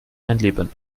einleben